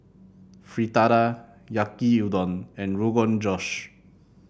Fritada Yaki Udon and Rogan Josh